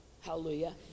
hallelujah